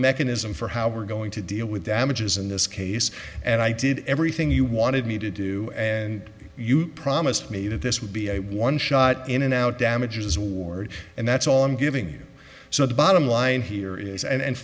mechanism for how we're going to deal with averages in this case and i did everything you wanted me to do and you promised me that this would be a one shot in and out damages ward and that's all i'm giving so the bottom line here is and